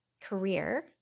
career